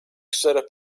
setup